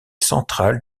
central